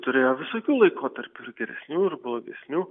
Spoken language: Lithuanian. turėjo visokių laikotarpių ir geresnių ir blogesnių